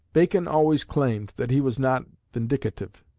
bacon always claimed that he was not vindicative.